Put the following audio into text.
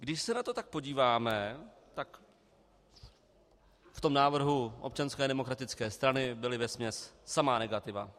Když se na to tak podíváme, tak v návrhu Občanské demokratické strany byla vesměs samá negativa.